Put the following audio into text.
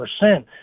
percent